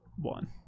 one